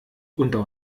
unter